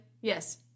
yes